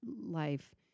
life